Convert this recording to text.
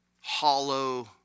hollow